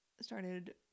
started